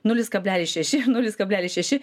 nulis kablelis šeši nulis kablelis šeši